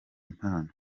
mpano